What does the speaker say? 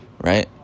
Right